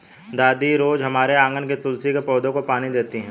दादी रोज हमारे आँगन के तुलसी के पौधे को पानी देती हैं